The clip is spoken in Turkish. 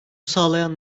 sağlayan